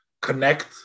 connect